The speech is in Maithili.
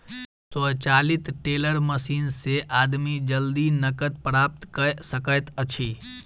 स्वचालित टेलर मशीन से आदमी जल्दी नकद प्राप्त कय सकैत अछि